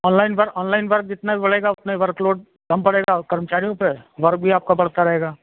online work online work जितना ही बढ़ेगा उतना ही वर्क लोड कम पड़ेगा कर्मचारियों पर वर्क भी आपका बढ़ता रहेगा